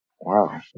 Wow